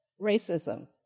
racism